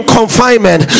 confinement